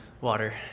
water